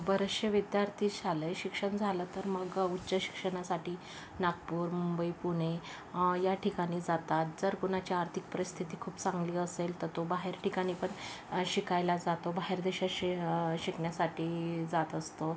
बरेचसे विद्यार्थी शालेय शिक्षण झालं तर मग उच्च शिक्षणासाठी नागपूर मुंबई पुणे या ठिकाणी जातात जर कुणाच्या आर्थिक परिस्थिति खूप चांगली असेल तर तो बाहेर ठिकाणी पण शिकायला जातो बाहेर देशात शि शिकण्यासाठी जात असतो